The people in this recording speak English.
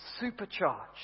supercharged